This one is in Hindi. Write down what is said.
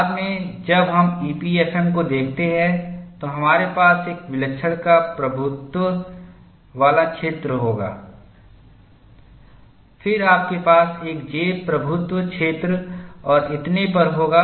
बाद में जब हम ईपीएफएम को देखते हैं तो हमारे पास एक विलक्षण का प्रभुत्व वाला क्षेत्र होगा फिर आपके पास एक J प्रभुत्व क्षेत्र और इतने पर होगा